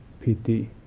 piti